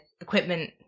equipment